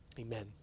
Amen